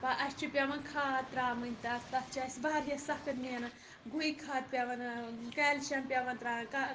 وۄنۍ اسہِ چھِ پیٚوان کھاد ترٛاوٕنۍ تَتھ تَتھ چھِ اسہِ واریاہ سخٕت محنت گُہۍ کھاد پیٚوان ٲں کیٚلشم پیٚوان ترٛاوٕنۍ کا